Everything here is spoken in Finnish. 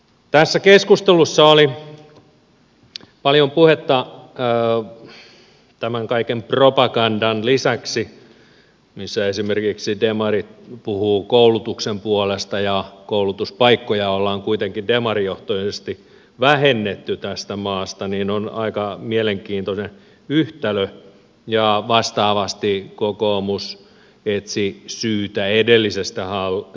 tässä keskustelussa oli paljon puhetta tämän kaiken propagandan lisäksi missä esimerkiksi demarit puhuvat koulutuksen puolesta ja koulutuspaikkoja ollaan kuitenkin demarijohtoisesti vähennetty tästä maasta ja se on aika mielenkiintoinen yhtälö ja vastaavasti kokoomus etsi syytä edellisestä hallituksesta